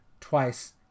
twice